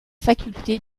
faculté